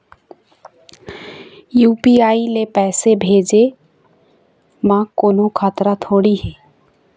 UPI ले पैसे भेजे म कोन्हो खतरा थोड़ी हे?